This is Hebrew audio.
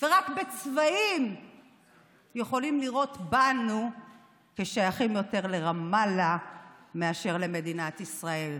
ורק בצבעים יכולים לראות בנו כשייכים יותר לרמאללה מאשר למדינת ישראל.